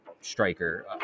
striker